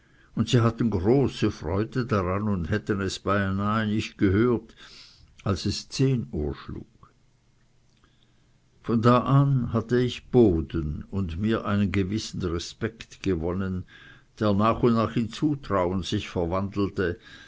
und sie hatten große freude daran und hätten es beinahe nicht gehört als es uhr schlug von da an hatte ich boden und mir einen gewissen respekt gewonnen der nach und nach in zutrauen sich verwandelte